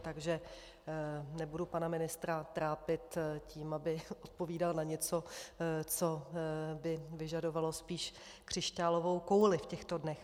Takže nebudu pana ministra trápit tím, aby odpovídal na něco, co by vyžadovalo spíš křišťálovou kouli v těchto dnech.